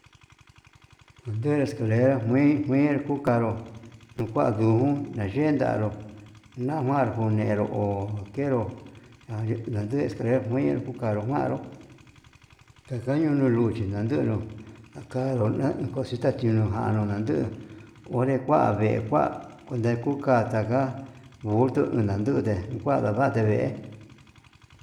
Ande escalera kui kui kuchanró ndukuan njun nayen danró, namar njunero ho'o ankenro nande escalera nui kukanro njuaró takañuu nuu luchi nandunru, takanru na'a cosita chinunjan nondanduu onré kua vee kuan nde kuu kata ka'a, voltio unandute kuandavate vee.